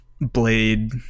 Blade